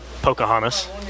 Pocahontas